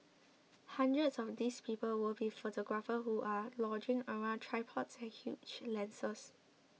hundreds of these people will be photographers who are lugging around tripods and huge lenses